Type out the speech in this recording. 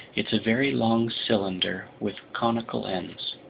it's a very long cylinder with conical ends.